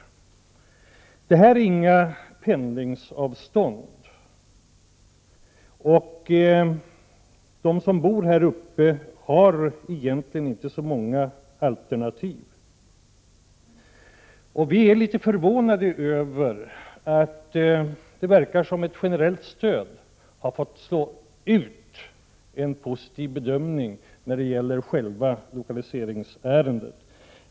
Men i detta fall är det inte fråga om pendlingsavstånd. De som bor där uppe har egentligen inte så många alternativ. Vi är litet förvånade, eftersom det verkar som om ett generellt stöd har fått slå ut en positiv bedömning i själva lokaliseringsärendet.